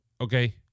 Okay